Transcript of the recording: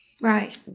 Right